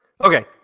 Okay